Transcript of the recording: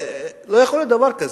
לא יכול להיות דבר כזה.